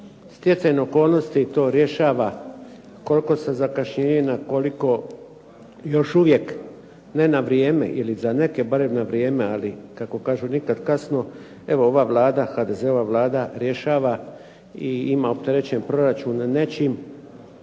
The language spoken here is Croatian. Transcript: Stjecajem okolnosti to rješava koliko sa zakašnjenjem a koliko još uvijek ne na vrijeme ili za neke barem na vrijeme, ali kako kažu nikad kasno evo ova HDZ-ova Vlada rješava i ima opterećeni proračun nečim